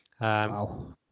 Wow